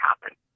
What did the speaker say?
happen